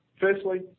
Firstly